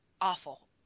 awful